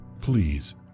please